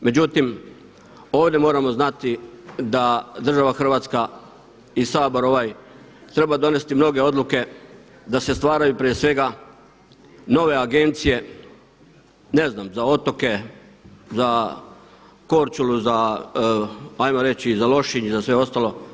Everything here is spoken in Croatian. Međutim, ovdje moramo znati da država Hrvatska i Sabor ovaj treba donesti mnoge odluke da se stvaraju prije svega nove agencije ne znam za otoke, za Korčulu, za hajmo reći za Lošinj i za sve ostalo.